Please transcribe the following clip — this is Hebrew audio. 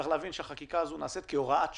צריך להבין שהחקיקה הזאת נעשית כהוראת שעה.